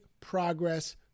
progress